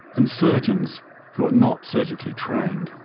and surgeons who are not surgically trained.